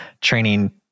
training